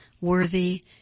worthy